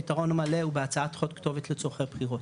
הפתרון המלא הוא בהצעת חוק כתובת לצורכי בחירות,